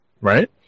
Right